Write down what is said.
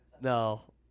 No